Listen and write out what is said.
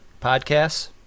podcasts